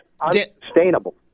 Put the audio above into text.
unsustainable